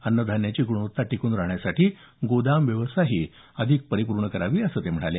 अन्न धान्याची गुणवत्ता टिकून राहण्याकरीता गोदाम व्यवस्थाही अधिक परिपूर्ण करावी असंही ते म्हणाले